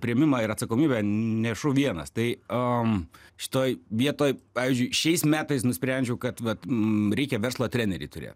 priėmimą ir atsakomybę nešu vienas tai šitoj vietoj pavyzdžiui šiais metais nusprendžiau kad vat reikia verslo trenerį turėt